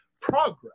progress